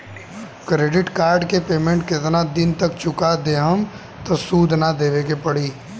Credit card के payment केतना दिन तक चुका देहम त सूद ना देवे के पड़ी?